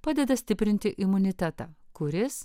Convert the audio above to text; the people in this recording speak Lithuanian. padeda stiprinti imunitetą kuris